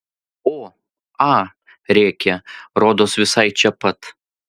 o a rėkė rodos visai čia pat